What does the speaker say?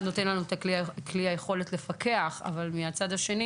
מחד, נותן לנו את היכולת לפקח, אבל מהצד השני